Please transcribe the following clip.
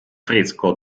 fresco